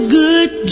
good